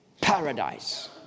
paradise